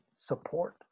support